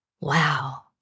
wow